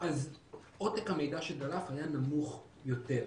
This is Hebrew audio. אז עותק המידע שדלף היה נמוך יותר.